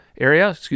area